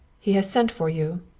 he has sent for you!